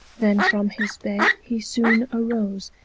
then from his bed he soon arose,